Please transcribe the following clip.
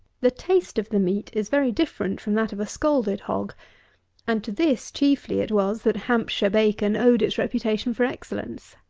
the taste of the meat is very different from that of a scalded hog and to this chiefly it was that hampshire bacon owed its reputation for excellence.